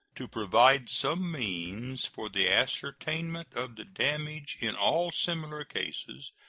to provide some means for the ascertainment of the damage in all similar cases,